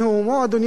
אדוני היושב-ראש,